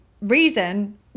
reason